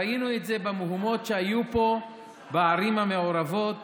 ראינו את זה במהומות שהיו פה בערים המעורבות